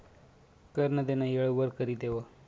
कर नं देनं येळवर करि देवं